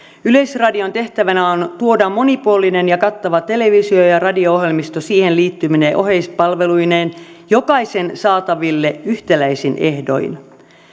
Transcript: yleisradion tehtävänä on tuoda monipuolinen ja kattava televisio ja radio ohjelmisto siihen liittyvine oheispalveluineen jokaisen saataville yhtäläisin ehdoin